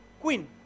Queen